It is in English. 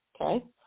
okay